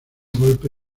golpe